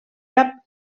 cap